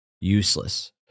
useless